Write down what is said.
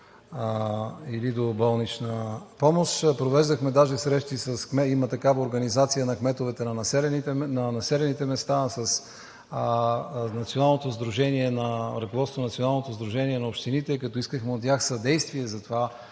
или доболнична помощ. Провеждахме даже срещи – има такава организация на кметовете на населените места, с ръководството на Националното сдружение на общините, като искахме от тях съдействие за това